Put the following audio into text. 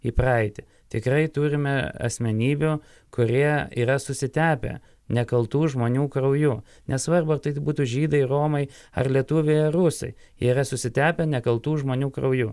į praeitį tikrai turime asmenybių kurie yra susitepę nekaltų žmonių krauju nesvarbu ar tai būtų žydai romai ar lietuviai ar rusai yra susitepę nekaltų žmonių krauju